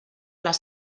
les